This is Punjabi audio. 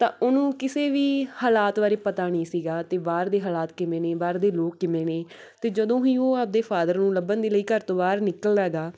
ਤਾਂ ਉਹਨੂੰ ਕਿਸੇ ਵੀ ਹਾਲਾਤ ਬਾਰੇ ਪਤਾ ਨਹੀਂ ਸੀਗਾ ਅਤੇ ਬਾਹਰ ਦੇ ਹਾਲਾਤ ਕਿਵੇਂ ਨੇ ਬਾਹਰ ਦੇ ਲੋਕ ਕਿਵੇਂ ਨੇ ਅਤੇ ਜਦੋਂ ਹੀ ਉਹ ਆਪਣੇ ਫਾਦਰ ਨੂੰ ਲੱਭਣ ਦੇ ਲਈ ਘਰ ਤੋਂ ਬਾਹਰ ਨਿਕਲਦਾ ਗਾ